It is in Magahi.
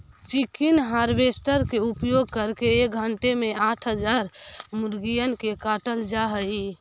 चिकन हार्वेस्टर के उपयोग करके एक घण्टे में आठ हजार मुर्गिअन के काटल जा हई